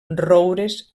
roures